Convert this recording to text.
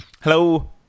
Hello